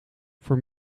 voor